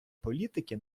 політики